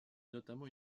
notamment